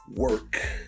work